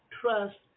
trust